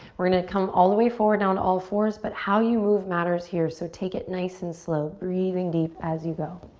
we're gonna come all the way forward on to all fours, but how you move matters here, so take it nice and slow. breathing deep as you go.